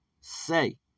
say